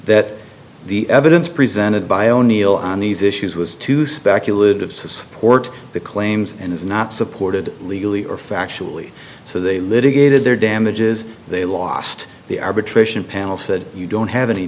that the evidence presented by o'neill on these issues was too speculative to support the claims and is not supported legally or factually so they litigated their damages they lost the arbitration panel said you don't have any